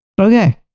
Okay